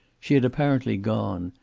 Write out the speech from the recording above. she had apparently gone,